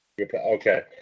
Okay